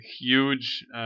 huge